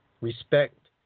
Respect